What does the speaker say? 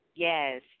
Yes